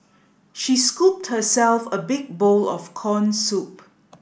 she scooped herself a big bowl of corn soup